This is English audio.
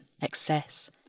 excess